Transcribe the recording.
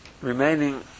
remaining